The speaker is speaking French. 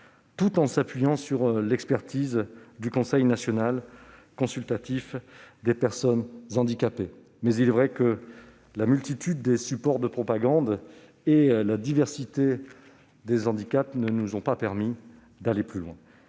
tout en nous appuyant sur l'expertise du Conseil national consultatif des personnes handicapées. En effet, la multitude des supports de propagande et la diversité des handicaps ne nous ont pas permis d'aller plus loin.